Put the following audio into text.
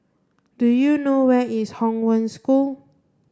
do you know where is Hong Wen School